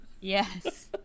Yes